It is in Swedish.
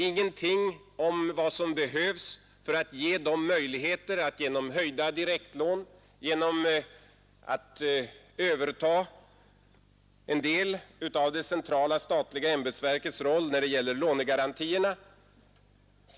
Ingenting sades om möjligheterna att ge dem höjda direktlån eller att låta dem överta en del av de centrala statliga ämbetsverkens roll när det gäller lånegarantierna.